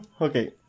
okay